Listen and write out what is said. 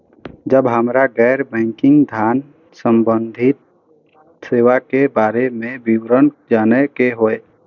जब हमरा गैर बैंकिंग धान संबंधी सेवा के बारे में विवरण जानय के होय?